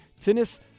tennis